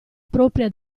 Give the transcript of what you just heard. propria